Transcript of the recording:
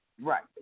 Right